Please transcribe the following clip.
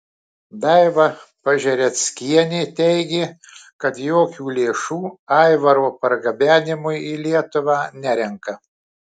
daiva pažereckienė teigė kad jokių lėšų aivaro pargabenimui į lietuvą nerenka